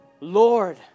Lord